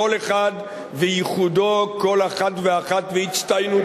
כל אחד וייחודו, כל אחד ואחת והצטיינותו.